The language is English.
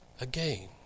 again